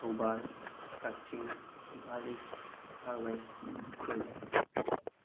Thoubal Kakching Imphal east Imphal west Ukhrul